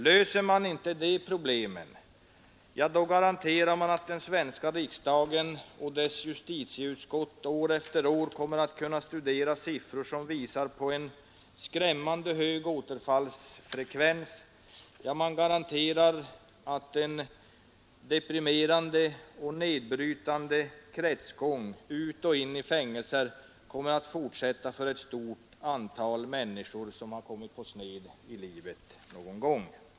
Löser man inte de problemen, då garanterar man att den svenska riksdagen och dess justitieutskott år efter år kommer att kunna studera siffror som visar på en skrämmande hög återfallsfrekvens — ja, man garanterar att en deprimerande och nedbrytande kretsgång ut och in i fängelser kommer att fortsätta för ett stort antal människor som har kommit på sned i livet någon gång.